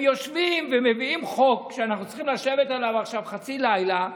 הם יושבים ומביאים חוק שאנחנו צריכים לשבת עליו עכשיו חצי לילה,